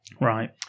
Right